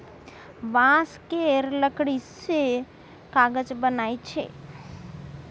बांस केर लकड़ी सँ कागज बनइ छै